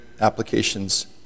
applications